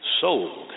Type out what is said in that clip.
sold